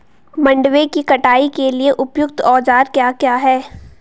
मंडवे की कटाई के लिए उपयुक्त औज़ार क्या क्या हैं?